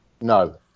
No